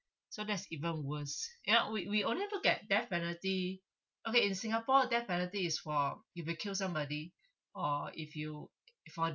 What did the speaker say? so that's even worse you know we we only look at death penalty okay in singapore death penalty is for if you kill somebody or if you for